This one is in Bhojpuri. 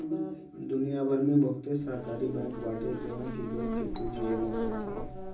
दुनिया भर में बहुते सहकारी बैंक बाटे जवन की लोग के पूंजी जमा करत हवे